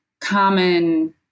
common